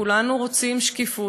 כולנו רוצים שקיפות.